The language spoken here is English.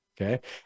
Okay